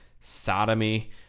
sodomy